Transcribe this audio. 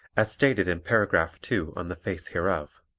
as stated in paragraph two on the face hereof.